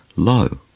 low